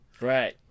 Right